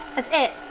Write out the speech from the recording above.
that's it!